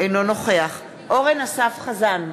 אינו נוכח אורן אסף חזן,